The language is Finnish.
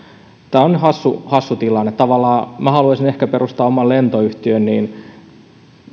tämä on hassu hassu tilanne kun minä tavallaan haluaisin ehkä perustaa oman lentoyhtiön niin